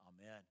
Amen